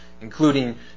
including